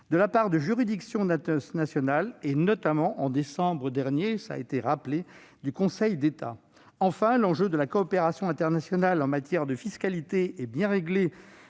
de la part de juridictions internationales et, en décembre dernier, du Conseil d'État. Enfin, l'enjeu de la coopération internationale en matière de fiscalité est bien de régler